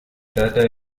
data